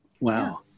Wow